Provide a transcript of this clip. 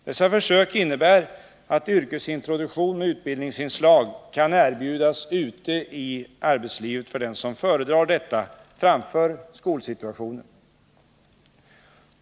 Dessa försök innebär att yrkesintroduktion med utbildningsinslag kan erbjudas ute i arbetslivet för dem som föredrar detta framför skolsituationen.